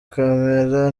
camera